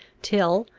till,